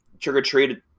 trick-or-treat